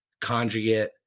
conjugate